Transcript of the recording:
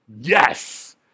Yes